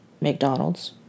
McDonald's